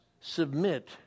submit